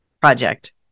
project